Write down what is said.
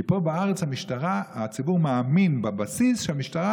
כי פה בארץ הציבור מאמין בבסיס שהמשטרה